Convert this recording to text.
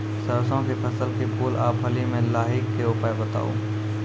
सरसों के फसल के फूल आ फली मे लाहीक के उपाय बताऊ?